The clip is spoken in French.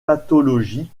pathologie